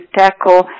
tackle